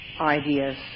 ideas